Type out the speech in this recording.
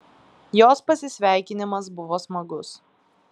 jos pasisveikinimas buvo smagus